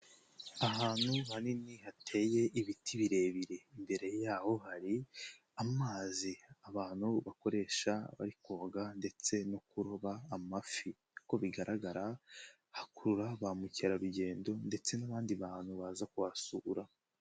Ahantu hanini hateye ibiti birebire. Imbere yaho hari amazi abantu bakoresha bari koga ndetse no kuroba amafi. Nkuko bigaragara hakurura ba mukerarugendo ndetse n'abandi bantu baza kuhasura.